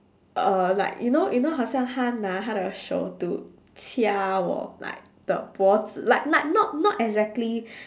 uh like you know you know 好像她拿她的手 to 掐我 like 的脖子 like like not not exactly